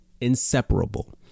inseparable